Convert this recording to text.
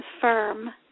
firm